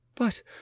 But